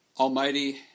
Almighty